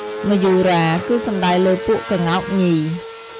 មយូរា គឺសំដៅលើពួកក្ងោកញី។